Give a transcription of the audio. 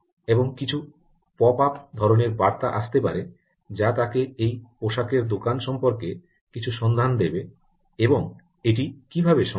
এবং কিছু pop up ধরণের বার্তা আসতে পারে যা তাকে এই পোশাকের দোকান সম্পর্কে কিছু সন্ধান দেবে এবং এটি কীভাবে সম্ভব